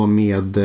med